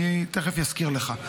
אני תכף אזכיר לך.